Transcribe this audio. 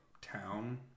town